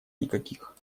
никаких